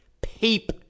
peep